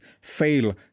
fail